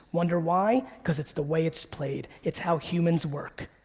wonder why? cause it's the way it's played. it's how humans work.